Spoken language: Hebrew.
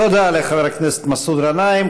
תודה לחבר הכנסת מסעוד גנאים.